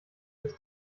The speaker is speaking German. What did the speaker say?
des